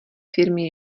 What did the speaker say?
firmě